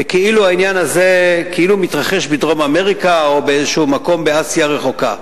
והעניין הזה כאילו מתרחש בדרום-אמריקה או באיזה מקום באסיה הרחוקה.